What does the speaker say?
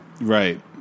Right